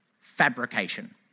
fabrication